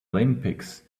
olympics